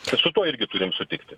su tuo irgi turime sutikti